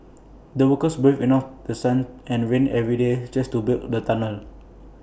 the workers braved enough The Sun and rain every day just to build the tunnel